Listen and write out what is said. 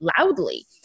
loudly